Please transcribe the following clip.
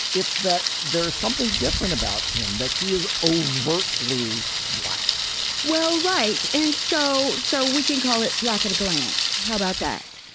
it's that there is something different about him, that he is overtly black well, right. and so so we can call it black at a glance. how about that?